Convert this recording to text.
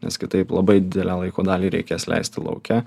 nes kitaip labai didelę laiko dalį reikės leisti lauke